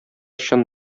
чын